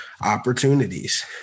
opportunities